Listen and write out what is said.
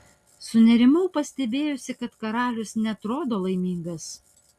sunerimau pastebėjusi kad karalius neatrodo laimingas